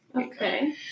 Okay